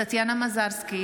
אינו נוכח טטיאנה מזרסקי,